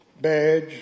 Badge